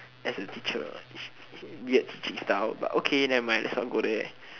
as a teacher weird teaching style but okay nevermind let's not go there